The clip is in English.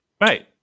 right